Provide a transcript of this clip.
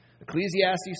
Ecclesiastes